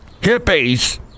Hippies